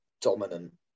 dominant